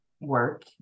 work